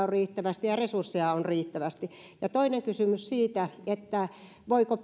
on riittävästi ja resursseja on riittävästi ja toinen kysymys oli siitä voiko